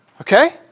Okay